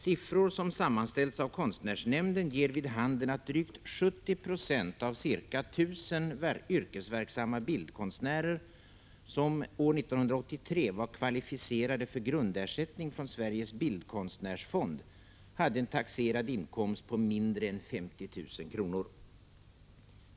Siffror som sammanställts av konstnärsnämnden ger vid handen att drygt 70 26 av ca 1000 yrkesverksamma bildkonstnärer som år 1983 var kvalificerade för grundersättning från Sveriges bildkonstnärsfond hade en taxerad inkomst på mindre än 50 000 kr.